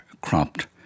cropped